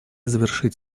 завершить